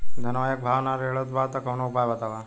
धनवा एक भाव ना रेड़त बा कवनो उपाय बतावा?